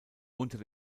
unter